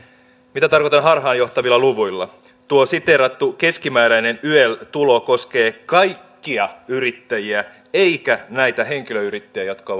mitä tarkoitan harhaanjohtavilla luvuilla tuo siteerattu keskimääräinen yel tulo koskee kaikkia yrittäjiä eikä näitä henkilöyrittäjiä jotka